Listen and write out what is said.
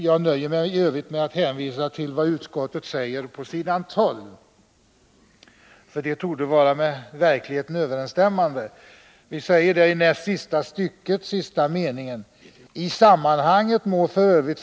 Jag nöjer mig i övrigt med att hänvisa till det uttalande som utskottet gör i näst sista stycket, sista meningen på s. 12, vilket torde vara med verkligheten överensstämmande: ”I sammanhanget må f.ö.